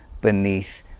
beneath